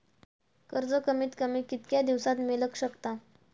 कर्ज कमीत कमी कितक्या दिवसात मेलक शकता?